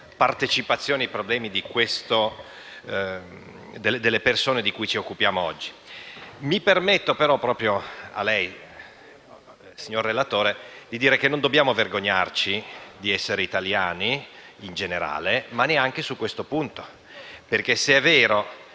partecipazione ai problemi delle persone di cui ci occupiamo oggi. Mi permetto però di dire proprio a lei, signor relatore, che non dobbiamo vergognarci di essere italiani, né in generale e neanche su questo punto, perché, se è vero